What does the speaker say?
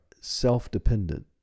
self-dependent